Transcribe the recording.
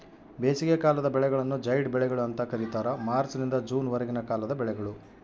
ಬೇಸಿಗೆಕಾಲದ ಬೆಳೆಗಳನ್ನು ಜೈಡ್ ಬೆಳೆಗಳು ಅಂತ ಕರೀತಾರ ಮಾರ್ಚ್ ನಿಂದ ಜೂನ್ ವರೆಗಿನ ಕಾಲದ ಬೆಳೆಗಳು